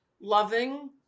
loving